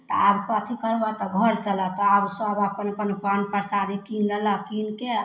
तऽ आब कथी करबऽ तऽ घर चलऽ तऽ आब सभ अपन अपन पान परसादी कीनि लेलक कीनिके